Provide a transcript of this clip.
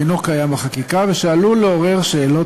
שאינו קיים בחקיקה ועלול לעורר שאלות